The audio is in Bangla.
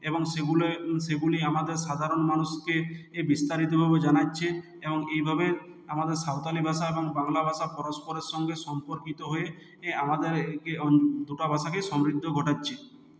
এবং সেগুলো সেগুলি আমাদের সাধারণ মানুষকে বিস্তারিতভাবে জানাচ্ছে এবং এইভাবে আমাদের সাঁওতালি ভাষা এবং বাংলা ভাষা পরস্পরের সঙ্গে সম্পর্কিত হয়ে আমাদের দটো ভাষাকেই সমৃদ্ধ ঘটাচ্ছে